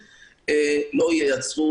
י"א באייר התש"ף (05 במאי 2020),